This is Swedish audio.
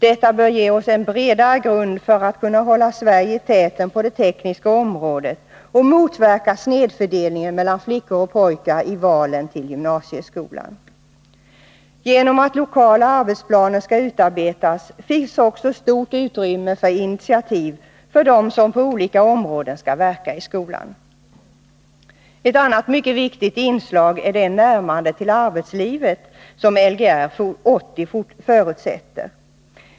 Detta bör ge oss en bredare grund för att kunna hålla Sverige i täten på det tekniska området och motverka snedfördelningen mellan flickor och pojkar i valen till gymnasieskolan. Genom att lokala arbetsplaner skall utarbetas finns också stort utrymme för initiativ för dem som på olika områden skall verka i skolan. Ett annat mycket viktigt inslag är det närmande till arbetslivet som Lgr 80 förutsätter.